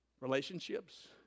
Relationships